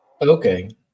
Okay